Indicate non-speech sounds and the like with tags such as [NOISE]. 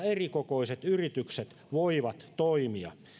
[UNINTELLIGIBLE] erikokoiset yritykset voivat toimia